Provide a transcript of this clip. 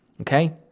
Okay